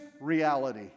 reality